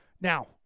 Now